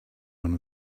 one